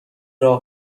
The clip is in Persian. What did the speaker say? راه